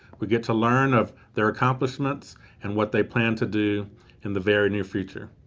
we get to learn of their accomplishments and what they plan to do in the very near future.